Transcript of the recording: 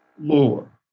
lore